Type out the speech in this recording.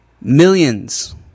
millions